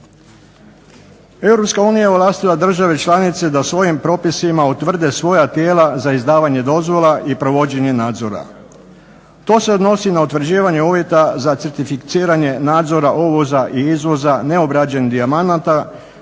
je ovlastila države članice da svojim propisima utvrde svoja tijela za izdavanje dozvola i provođenje nadzora. To se odnosi na utvrđivanje uvjeta za certificiranje nadzora, uvoza i izvoza neobrađenih dijamanata